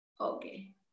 Okay